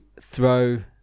throw